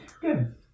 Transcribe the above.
Good